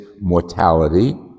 mortality